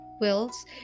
wills